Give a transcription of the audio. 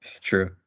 true